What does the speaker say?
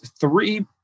three